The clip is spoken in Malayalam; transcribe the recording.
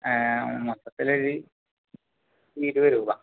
മൊത്തത്തിലൊരു ഇരുപത് രൂപ